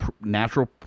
natural